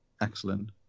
excellent